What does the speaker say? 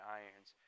irons